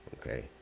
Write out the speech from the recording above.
Okay